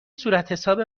صورتحساب